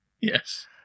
yes